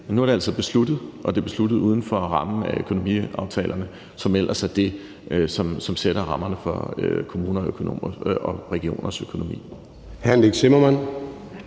nu er det altså besluttet, og det er besluttet uden for rammen af økonomiaftalerne, som ellers er det, der sætter rammerne for kommunernes og regionernes økonomi.